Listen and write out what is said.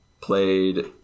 played